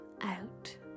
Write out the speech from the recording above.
out